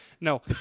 no